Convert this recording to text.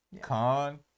con